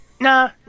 Nah